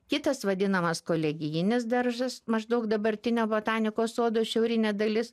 kitas vadinamas kolegijinis daržas maždaug dabartinio botanikos sodo šiaurinė dalis